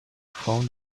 found